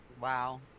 Wow